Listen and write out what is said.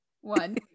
One